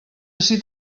ací